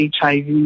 HIV